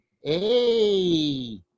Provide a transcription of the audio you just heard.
Hey